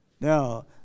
Now